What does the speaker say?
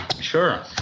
sure